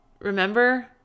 remember